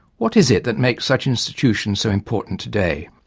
what is it that makes such institutions so important today?